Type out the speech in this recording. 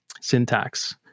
syntax